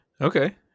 Okay